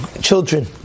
Children